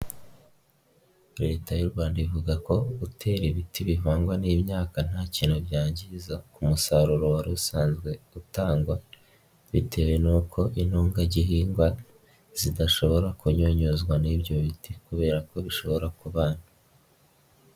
Leta y'u Rwanda ivuga ko gutera ibiti bivangwa n'imyaka nta kintu byangiza ku musaruro wari usanzwe utangwa, bitewe n'uko intungagihingwa zidashobora kunyunyuzwa n'ibyo biti, kubera ko bishobora kubana.